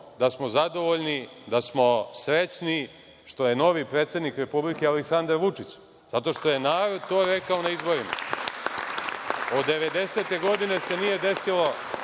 da smo zadovoljni, da smo srećni što je novi predsednik Republike Aleksandar Vučić, zato što je narod to rekao na izborima. Od 1990. godine se nije desilo